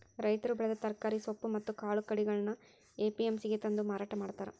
ರೈತರು ಬೆಳೆದ ತರಕಾರಿ, ಸೊಪ್ಪು ಮತ್ತ್ ಕಾಳು ಕಡಿಗಳನ್ನ ಎ.ಪಿ.ಎಂ.ಸಿ ಗೆ ತಂದು ಮಾರಾಟ ಮಾಡ್ತಾರ